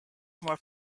more